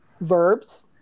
verbs